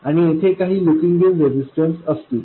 आणि येथे काही लुकिंग इन रेजिस्टन्स असतील